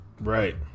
Right